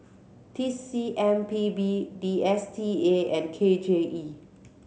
T C M P B D S T A and K J E